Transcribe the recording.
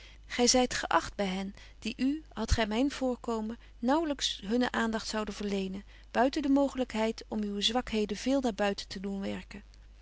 zyt geacht by hen die u hadt gy myn voorkomen naauwlyks hunnen aandagt zouden verlenen buiten de mooglykheid om uwe zwakheden veel naar buiten te doen werken